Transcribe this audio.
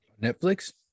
netflix